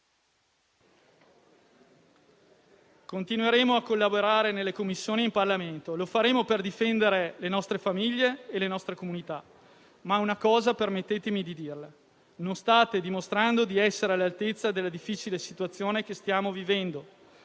continueremo a collaborare nelle Commissioni e in Parlamento; lo faremo per difendere le nostre famiglie e le nostre comunità. Permettetemi di dire una cosa, però: non state dimostrando di essere all'altezza della difficile situazione che stiamo vivendo.